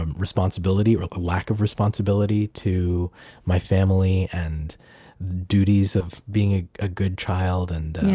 um responsibility, or lack of responsibility, to my family and the duties of being a ah good child and